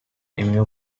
emu